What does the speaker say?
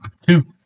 two